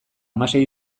hamasei